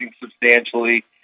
substantially